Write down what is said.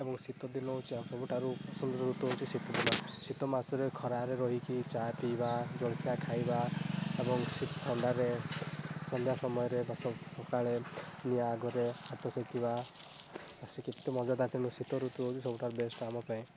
ଏବଂ ଶୀତ ଦିନ ହେଉଛି ସବୁଠାରୁ ସୁନ୍ଦର ଋତୁ ହେଉଛି ଶୀତ ଦିନ ଶୀତ ମାସରେ ଖରାରେ ରହିକି ଚା ପିଇବା ଜଳଖିଆ ଖାଇବା ଏବଂ ସେ ଥଣ୍ଡାରେ ସନ୍ଧ୍ୟା ସମୟରେ ବା ସକାଳେ ନିଆଁ ଆଗରେ ହାତ ଶେକିବା କେତେ ମଜାଦାର୍ ତେଣୁ ଶୀତ ଋତୁ ହେଉଛି ସବୁଠାରୁ ବେଷ୍ଟ୍ ଆମ ପାଇଁ